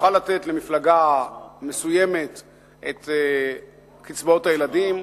נוכל לתת למפלגה מסוימת את קצבאות הילדים,